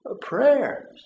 prayers